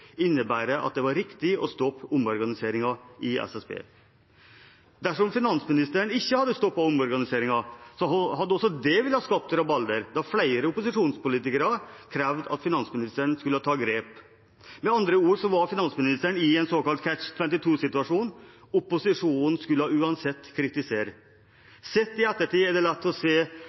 innebærer at det var riktig å stoppe omorganiseringen i SSB.» Dersom finansministeren ikke hadde stoppet omorganiseringen, hadde også det skapt rabalder, da flere opposisjonspolitikere krevde at finansministeren skulle ta grep. Med andre ord var finansministeren i en såkalt Catch 22-situasjon – opposisjonen skulle uansett kritisere. Sett i ettertid er det lett å se